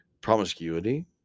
promiscuity